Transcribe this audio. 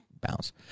bounce